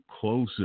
closer